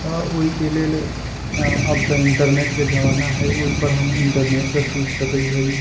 तऽ ओहिके लेल अब तऽ इन्टरनेटके जमाना है ओहिपर हम इन्टरनेटसँ सीखि सकै छी